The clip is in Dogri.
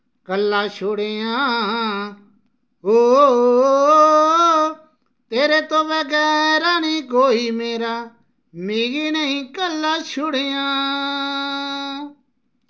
कल्ला छोड़ेआं ओ तेरे तो बगैर नि कोई मेरा मिगी नेईं कल्ला छोड़ेआं